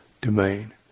domain